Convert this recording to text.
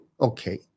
okay